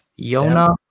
Yona